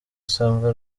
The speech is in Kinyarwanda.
asanga